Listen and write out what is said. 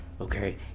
okay